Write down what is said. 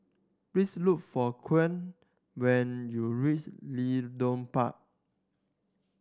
please look for when you reach Leedon Park